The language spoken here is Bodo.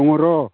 दङ र'